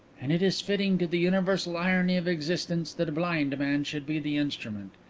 and it is fitting to the universal irony of existence that a blind man should be the instrument.